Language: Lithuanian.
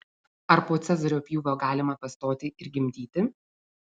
ar po cezario pjūvio galima pastoti ir gimdyti